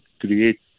create